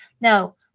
Now